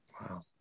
Wow